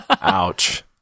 Ouch